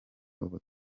ubu